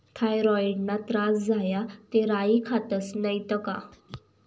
थॉयरॉईडना त्रास झाया ते राई खातस नैत का